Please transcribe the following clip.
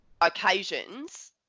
occasions